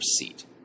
seat